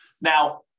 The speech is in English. Now